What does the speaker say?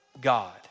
God